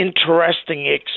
interesting